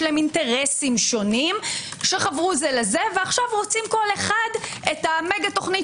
להן אינטרסים שונים שחברו זה לזה ועכשיו רוצים כל אחד את המגה תוכנית